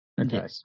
Okay